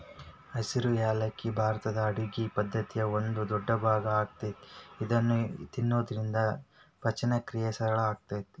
ಹಸಿರು ಯಾಲಕ್ಕಿ ಭಾರತದ ಅಡುಗಿ ಪದ್ದತಿಯ ಒಂದ ದೊಡ್ಡಭಾಗ ಆಗೇತಿ ಇದನ್ನ ತಿನ್ನೋದ್ರಿಂದ ಪಚನಕ್ರಿಯೆ ಸರಳ ಆಕ್ಕೆತಿ